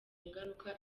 ingaruka